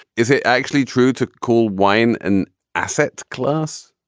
is it actually true to call wine an asset class?